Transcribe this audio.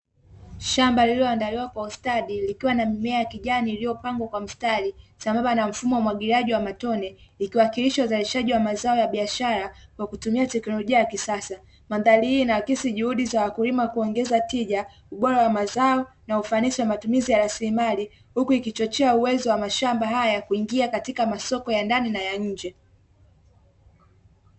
Shamba lililoandaliwa kwa ustadi, likiwa na mimea ya kijani iliyopangwa kwa mstari, sambamba na mfumo wa umwagiliaji wa matone, ikiwakilishwa uzalishaji wa mazao ya biashara, kwa kutumia teknolojia ya kisasa, mandhari hii na akisi juhudi za wakulima kuongeza tija ,ubora wa mazao na ufanisi wa matumizi ya rasilimali, huku ikichochea uwezo wa mashamba haya, ya kuingia katika masoko ya ndani na ya nje.